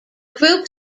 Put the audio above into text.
group